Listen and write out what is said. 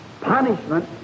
punishment